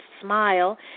Smile